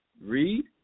Read